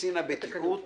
שקצין הבטיחות